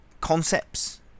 concepts